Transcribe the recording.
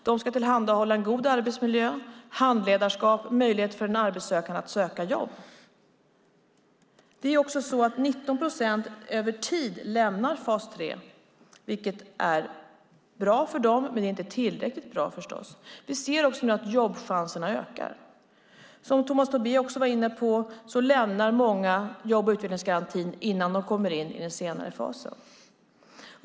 De ska tillhandahålla en god arbetsmiljö, handledarskap och möjligheter för den arbetssökande att söka jobb. Över tid lämnar 19 procent fas 3, vilket är bra för dem men inte tillräckligt bra förstås. Vi ser nu att chanserna till jobb ökar. Som Tomas Tobé var inne på lämnar många jobb och utvecklingsgarantin innan de kommer in i den senare fasen.